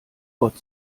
gott